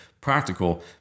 practical